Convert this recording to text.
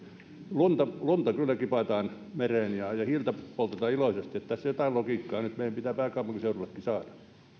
lunta lunta kyllä kipataan mereen ja ja hiiltä poltetaan iloisesti että jotain logiikkaa meidän nyt pitää tässä pääkaupunkiseudullekin saada